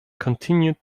continued